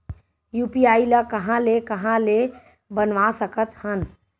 UPI ल कहां ले कहां ले बनवा सकत हन?